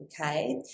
okay